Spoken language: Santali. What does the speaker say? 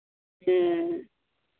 ᱦᱮᱸ